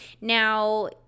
now